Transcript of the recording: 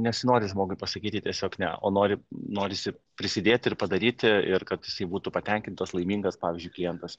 nesinori žmogui pasakyti tiesiog ne o nori norisi prisidėti ir padaryti ir kad jisai būtų patenkintas laimingas pavyzdžiui klientas